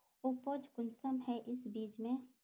उपज कुंसम है इस बीज में?